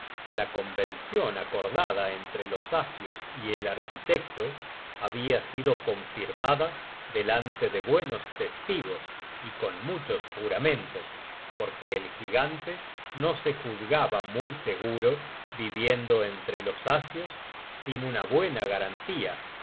la convencion acordada entre los asios y el arquitecto habia sido confirmada delante de buenos testigos y con muchos juramentos porque el gigante no se juzgaba muy seguro viviendo entre los asios sin una buena garantía